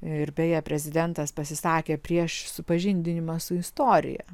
ir beje prezidentas pasisakė prieš supažindinimą su istorija